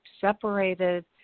separated